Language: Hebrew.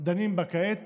דנים בה כעת